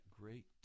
great